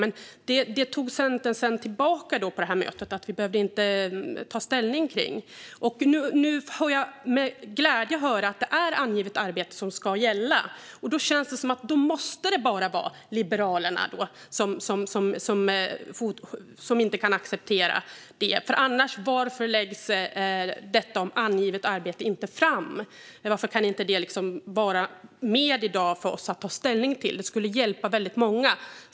Men det tog Centern sedan tillbaka på mötet, och vi behövde inte ta ställning till det. Nu får jag med glädje höra att det är angivet arbete som ska gälla. Då känns det som att det måste vara Liberalerna som inte kan acceptera detta, för varför läggs det inte fram? Varför kan det inte vara med bland det vi i dag ska ta ställning till? Det skulle hjälpa väldigt många.